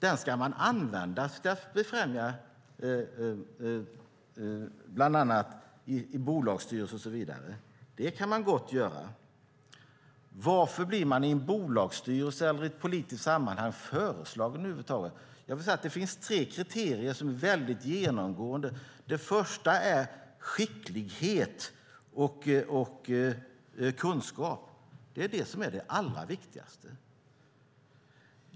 Den ska man använda för att befrämja detta i bolagsstyrelser och så vidare. Det kan man gott göra. Varför blir man föreslagen i en bolagsstyrelse eller i ett politiskt sammanhang över huvud taget? Jag skulle vilja säga att det finns tre kriterier som är genomgående. Det första är skicklighet och kunskap. Det är det som är det allra viktigaste.